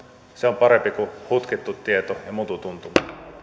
se on parempi kuin hutkittu tieto ja mututuntuma